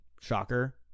shocker